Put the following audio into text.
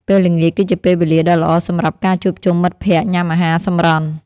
ពេលល្ងាចគឺជាពេលវេលាដ៏ល្អសម្រាប់ការជួបជុំមិត្តភក្តិញ៉ាំអាហារសម្រន់។